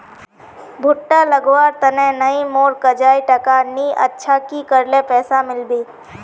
भुट्टा लगवार तने नई मोर काजाए टका नि अच्छा की करले पैसा मिलबे?